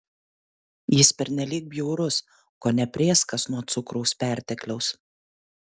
jis pernelyg bjaurus kone prėskas nuo cukraus pertekliaus